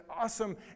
awesome